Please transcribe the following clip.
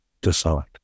decide